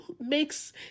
makes